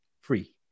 free